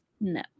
No